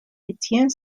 étienne